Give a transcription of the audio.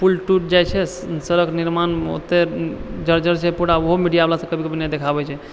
पुल टूटि जाइत छै सड़क निर्माणमे ओते जर्जर छै पूरा ओहो मीडियावला सब नहि देखाबए छै